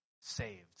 saved